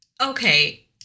Okay